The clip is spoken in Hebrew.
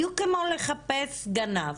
בדיוק כמו לחפש גנב